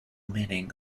meaning